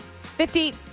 Fifty